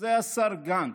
היה השר גנץ.